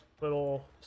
little